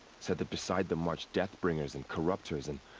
said that beside them marched deathbringers, and corruptors, and.